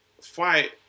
fight